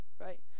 right